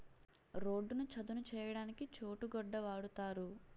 రోడ్డును చదును చేయడానికి చోటు గొడ్డ వాడుతారు